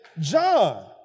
John